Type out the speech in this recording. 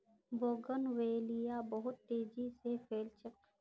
bougainvillea बहुत तेजी स फैल छेक